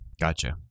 Gotcha